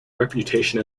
reputation